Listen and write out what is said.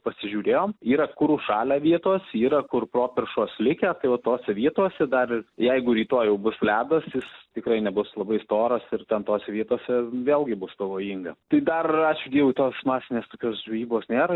pasižiūrėjom yra kur užšalę vietos yra kur properšos likę tai va tose vietose dar ir jeigu rytoj jau bus ledas jis tikrai nebus labai storas ir ten tose vietose vėlgi bus pavojinga tai dar ačiū dievui tos masinės tokios žvejybos nėra